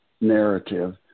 narrative